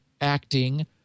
acting